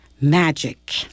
Magic